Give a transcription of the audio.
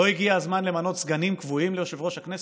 לא הגיע הזמן למנות סגנים קבועים ליושב-ראש הכנסת?